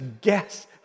guess